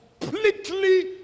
completely